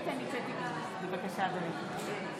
מצביע בנימין גנץ, מצביע משה גפני, מצביע